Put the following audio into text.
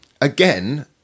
Again